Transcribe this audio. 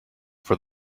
for